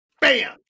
Bam